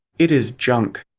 it is junk.